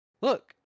Look